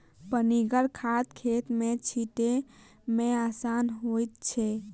पनिगर खाद खेत मे छीटै मे आसान होइत छै